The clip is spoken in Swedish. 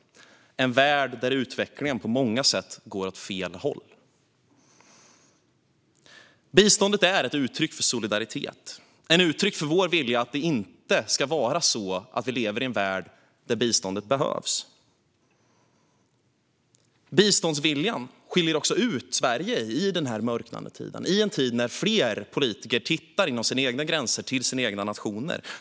Det är en värld där utvecklingen på vissa sätt går åt fel håll. Biståndet är ett uttryck för solidaritet. Det är ett uttryck för vår vilja att inte leva i en värld där biståndets behövs. Biståndsviljan skiljer ut Sverige i den mörknande tiden. Det är en tid när fler politiker tittar inom sina egna gränser och ser till sina egna nationer.